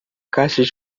caixas